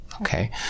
Okay